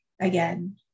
again